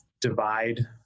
divide